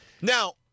Now